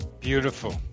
Beautiful